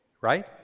Right